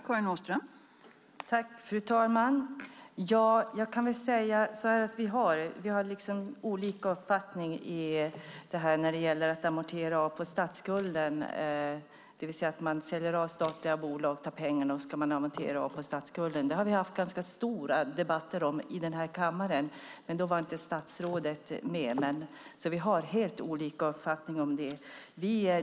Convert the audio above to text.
Fru talman! Vi har olika uppfattning när det gäller att amortera av på statsskulden, det vill säga att man säljer av statliga bolag, tar pengarna och amorterar av på statsskulden. Vi har haft ganska stora debatter om det i denna kammare, men då var inte statsrådet med. Vi har helt olika uppfattningar om detta.